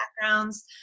backgrounds